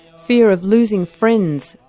fear of losing friends,